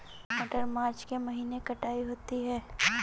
मटर मार्च के महीने कटाई होती है?